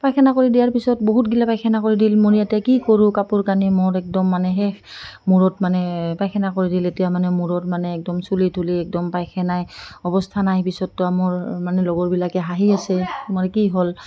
পাইখানা কৰি দিয়াৰ পিছত বহুতবিলাক পাইখানা কৰি দিলে মোৰ এতিয়া কি কৰোঁ কাপোৰ কানি মোৰ একদম মানে শেষ মূৰত মানে পাইখানা কৰি দিলে এতিয়া মানে মূৰত মানে একদম চুলি তুলি একদম পাইখানাই অৱস্থা নাই পিছতো মোৰ মানে লগৰবিলাকে হাঁহি আছে তোমাৰ কি হ'ল